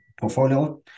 portfolio